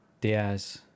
Diaz